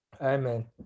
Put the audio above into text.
Amen